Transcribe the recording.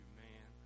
man